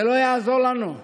זה לא יעזור לנו,